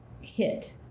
hit